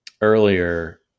earlier